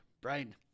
Brian